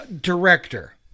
Director